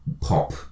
pop